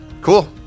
cool